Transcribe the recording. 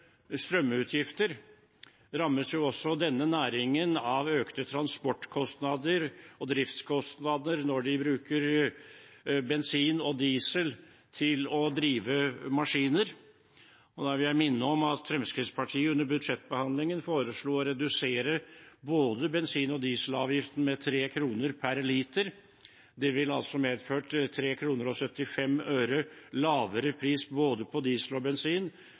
strømutgifter rammes også denne næringen av økte transportkostnader og driftskostnader når de bruker bensin og diesel til å drive maskiner. Og da vil jeg minne om at Fremskrittspartiet under budsjettbehandlingen foreslo å redusere både bensin- og dieselavgiften med 3 kr per liter. Det ville altså medført 3 kr og 75 øre lavere pris, både på diesel og bensin,